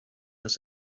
was